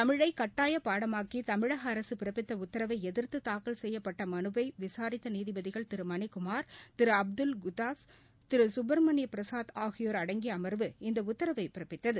தமிழை கட்டாயப் பாடமாக்கி தமிழக அரசு பிறப்பித்த உத்தரவை எதிர்த்து தாக்கல் செய்யப்பட்ட மனுவை விசாரித்த நீதிபதிகள் திரு மணிக்குமார் திரு அப்துல் குத்துஸ் திரு சுப்ரமணியபிரசாத் ஆகியோர் அடங்கிய அமர்வு இந்த உத்தரவை பிறப்பித்தது